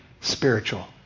spiritual